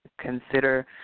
Consider